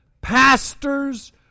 pastors